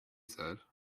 said